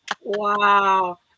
Wow